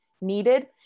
needed